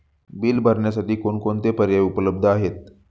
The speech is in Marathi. बिल भरण्यासाठी कोणकोणते पर्याय उपलब्ध आहेत?